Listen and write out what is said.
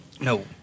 No